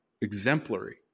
exemplary